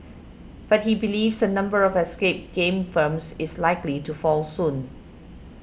but he believes the number of escape game firms is likely to fall soon